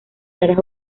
raras